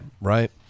right